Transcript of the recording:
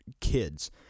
kids